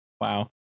Wow